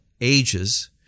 ages